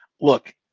Look